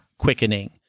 quickening